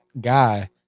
guy